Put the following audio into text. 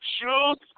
shoes